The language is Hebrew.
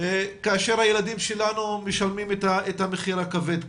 כאשר הילדים שלנו משלמים את המחיר הכבד כאן?